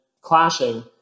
clashing